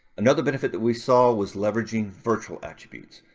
another benefit that we saw was leveraging virtual attributes.